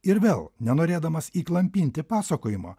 ir vėl nenorėdamas įklampinti pasakojimo